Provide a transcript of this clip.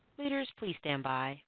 leaders please stand by.